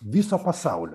viso pasaulio